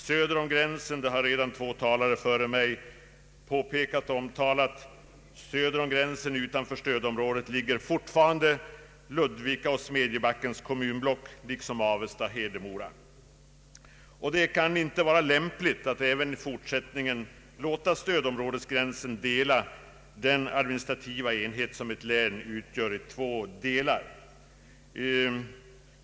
Söder om gränsen utanför stödområdet ligger fortfarande Ludvika och Smedjebackens kommunblock liksom Avesta och Hedemora. Det kan inte vara lämpligt att även i fortsättningen låta stödområdesgränsen dela den administrativa enhet, som ett län utgör, i två delar.